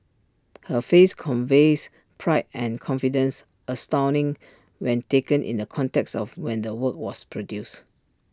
her face conveys pride and confidence astounding when taken in the context of when the work was produced